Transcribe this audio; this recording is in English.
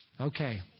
Okay